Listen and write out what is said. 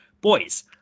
Boys